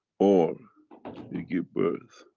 or you give birth